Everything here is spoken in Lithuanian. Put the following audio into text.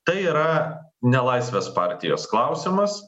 tai yra ne laisvės partijos klausimas